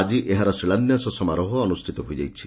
ଆକି ଏହାର ଶିଳାନ୍ୟାସ ସମାରୋହ ଅନୁଷ୍ଠିତ ହୋଇଯାଇଛି